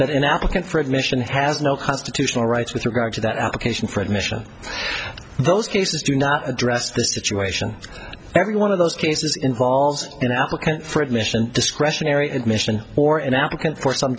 that an applicant for admission has no constitutional rights with regard to that application for admission those cases do not address the situation every one of those cases involves an applicant for admission discretionary admission or an applicant for some